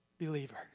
believer